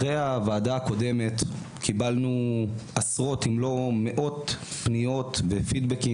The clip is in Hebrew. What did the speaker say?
אחרי הוועדה הקודמת קיבלנו עשרות אם לא מאות פניות ופידבקים